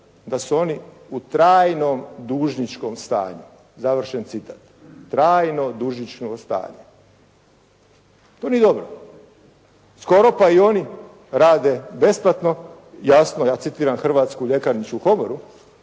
da su oni u trajnom dužničkom stanju, završen citat. Trajno dužničko stanje. To nije dobro. Skoro pa i oni rade besplatno. Jasno, ja citiram Hrvatsku ljekarničku komoru,